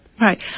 Right